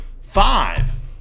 Five